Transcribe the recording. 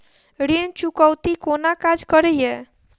ऋण चुकौती कोना काज करे ये?